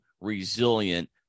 resilient